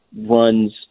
runs